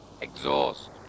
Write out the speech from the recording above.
exhaust